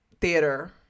theater